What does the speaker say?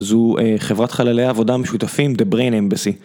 זו אה.. חברת חללי עבודה משותפים, The Brain Embassy.